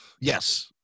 Yes